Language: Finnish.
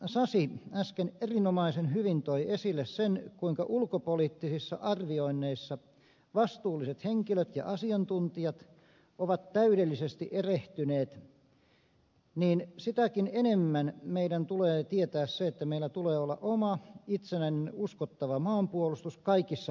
sasi äsken erinomaisen hyvin toi esille sen kuinka ulkopoliittisissa arvioinneissa vastuulliset henkilöt ja asiantuntijat ovat täydellisesti erehtyneet niin sitäkin enemmän meidän tulee tietää se että meillä tulee olla oma itsenäinen uskottava maanpuolustus kaikissa olosuhteissa